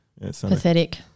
Pathetic